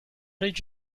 did